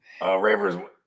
ravers